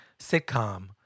sitcom